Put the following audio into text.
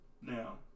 now